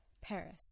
Paris